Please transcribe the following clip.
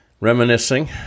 reminiscing